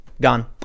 Gone